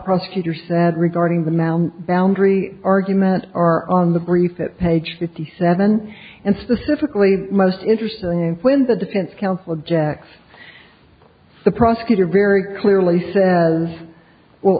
prosecutor said regarding the mount boundary arguments are on the brief that page fifty seven and specifically most interesting info in the defense counsel object the prosecutor very clearly